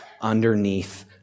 underneath